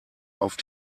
auf